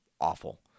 awful